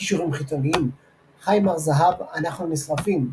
קישורים חיצוניים חיים הר־זהב, "אנחנו נשרפים.